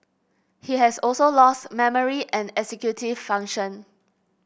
he has also lost memory and executive function